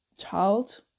child